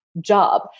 job